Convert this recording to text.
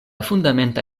fundamenta